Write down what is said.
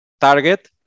target